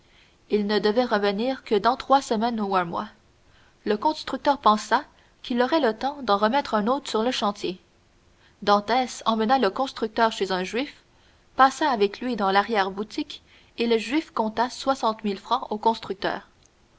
il ne devait revenir que dans trois semaines ou un mois le constructeur pensa qu'il aurait le temps d'en remettre un autre sur le chantier dantès emmena le constructeur chez un juif passa avec lui dans l'arrière-boutique et le juif compta soixante mille francs au constructeur